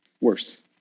worse